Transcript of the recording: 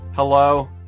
Hello